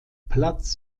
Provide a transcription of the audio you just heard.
platz